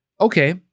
okay